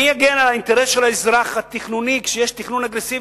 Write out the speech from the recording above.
מי יגן על האינטרס התכנוני של האזרח כשיש תכנון אגרסיבי,